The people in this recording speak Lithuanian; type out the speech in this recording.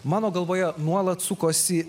mano galvoje nuolat sukosi